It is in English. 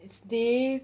it's day